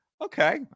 okay